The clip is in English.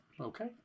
okay